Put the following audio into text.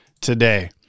today